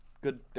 Good